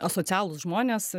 asocialūs žmonės